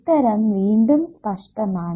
ഉത്തരം വീണ്ടും സ്പഷ്ടമാണ്